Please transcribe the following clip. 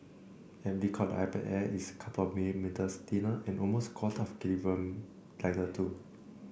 aptly called the iPad Air it's a couple of millimetres thinner and almost a quarter of a kilogram lighter too